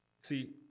See